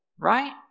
Right